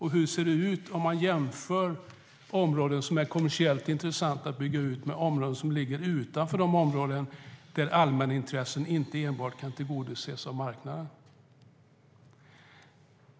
Hur ser det ut om man jämför områden som är kommersiellt intressanta att bygga ut med områden som ligger utanför de områden där allmänintressen inte enbart kan tillgodoses av marknaden?